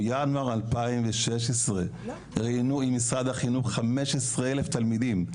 בינואר 2016 ראיינו עם משרד החינוך 15 אלף תלמידים,